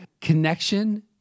connection